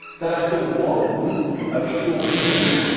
that after one week of short sleep,